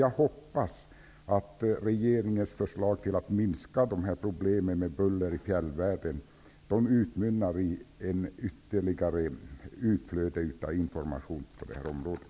Jag hoppas att regeringens förslag till att minska problemen med buller i fjällvärlden kommer att utmynna i ett ytterligare utflöde av information på det här området.